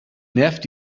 nervt